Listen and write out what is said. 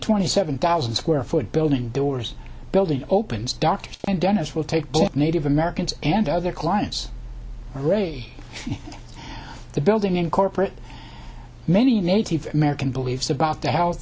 twenty seven thousand square foot building doors building opens doctors and dentists will take up native americans and other clients re the building in corporate many native american beliefs about the health